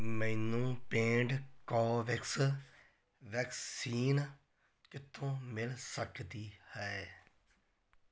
ਮੈਨੂੰ paid Covovax vaccine ਕਿੱਥੋਂ ਮਿਲ ਸਕਦੀ ਹੈ